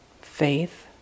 faith